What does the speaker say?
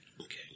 Okay